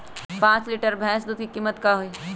पाँच लीटर भेस दूध के कीमत का होई?